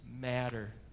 matter